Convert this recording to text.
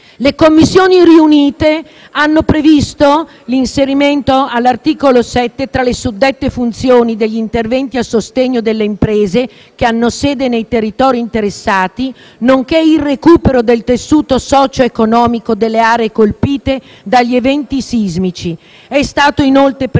Le Commissioni riunite hanno previsto l'inserimento all'articolo 7, tra le suddette funzioni, degli interventi a sostegno delle imprese che hanno sede nei territori interessati, nonché il recupero del tessuto socio-economico delle aree colpite dagli eventi sismici. È stato inoltre previsto